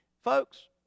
folks